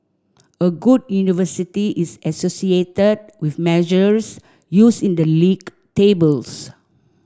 a good university is associated with measures used in the league tables